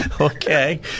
Okay